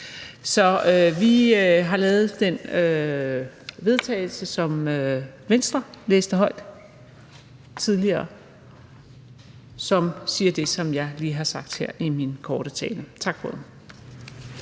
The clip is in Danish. Så vi har lavet det forslag til vedtagelse, som Venstres ordfører læste højt tidligere, og det siger det, som jeg lige har sagt her i min korte tale. Tak for ordet.